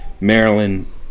Maryland